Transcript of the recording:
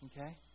Okay